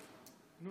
זו,